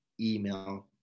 email